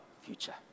future